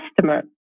customer